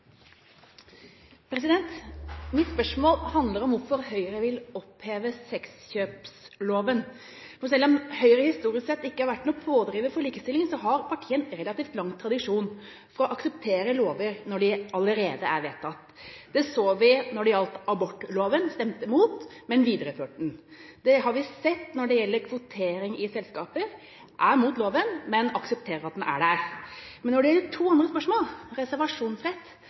Mitt spørsmål handler om hvorfor Høyre vil oppheve sexkjøpsloven. Selv om Høyre historisk sett ikke har vært noen pådriver for likestilling, har partiet en relativt lang tradisjon for å akseptere lover når de allerede er vedtatt. Det så vi når det gjaldt abortloven – de stemte imot, men videreførte den. Det har vi sett når det gjelder kvotering i selskaper – de er imot loven, men aksepterer at den er der. Men når det gjelder to andre spørsmål, reservasjonsrett